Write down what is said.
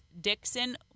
Dixon